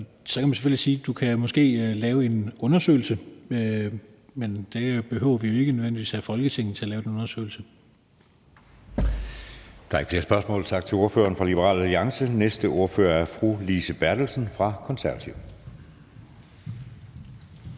Så kan man selvfølgelig sige, at man måske kan lave en undersøgelse, men det behøver jo ikke nødvendigvis være Folketinget, der skal lave den undersøgelse.